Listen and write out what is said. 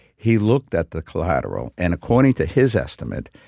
he looked at the collateral and according to his estimate,